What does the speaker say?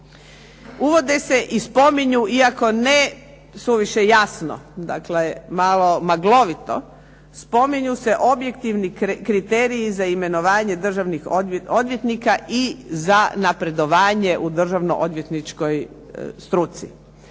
Uvode se i spominju iako ne suviše jasno, dakle malo maglovito, spominju se objektivni kriteriji za imenovanje državnih odvjetnika i za napredovanje u državno odvjetničkoj struci.